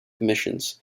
missions